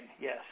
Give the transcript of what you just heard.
yes